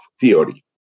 theory